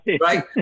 Right